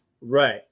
Right